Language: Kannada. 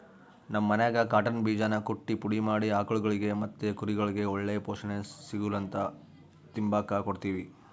ನಮ್ ಮನ್ಯಾಗ ಕಾಟನ್ ಬೀಜಾನ ಕುಟ್ಟಿ ಪುಡಿ ಮಾಡಿ ಆಕುಳ್ಗುಳಿಗೆ ಮತ್ತೆ ಕುರಿಗುಳ್ಗೆ ಒಳ್ಳೆ ಪೋಷಣೆ ಸಿಗುಲಂತ ತಿಂಬಾಕ್ ಕೊಡ್ತೀವಿ